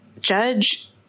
Judge